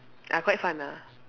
ah quite fun ah